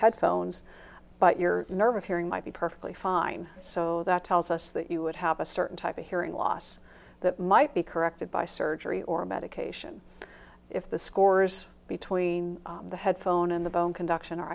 headphones but your nerve of hearing might be perfectly fine so that tells us that you would have a certain type of hearing loss that might be corrected by surgery or medication if the scores between the headphone and the bone conduction